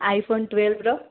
iPhone ଟୁଏଲ୍ଭ୍ର